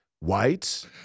whites